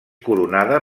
coronada